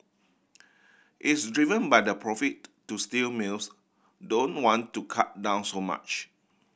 it's driven by the profit so steel mills don't want to cut down so much